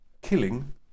killing